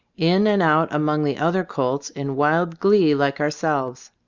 in and out among the other colts in wild glee like ourselves.